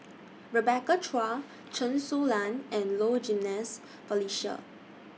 Rebecca Chua Chen Su Lan and Low Jimenez Felicia